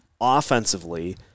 offensively